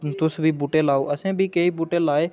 तुस बी बूह्टे लाओ असें बी केईं बूह्टे लाए